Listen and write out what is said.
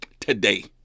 Today